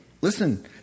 Listen